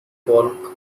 polk